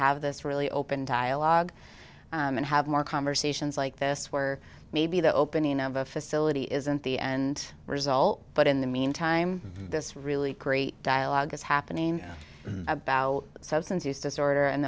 have this really open dialogue and have more conversations like this where maybe the opening of a facility isn't the end result but in the meantime this really great dialogue is happening about substance use disorder and